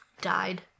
died